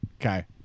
Okay